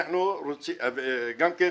וגם כן,